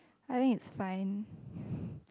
I think is fine